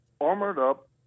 armored-up